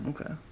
Okay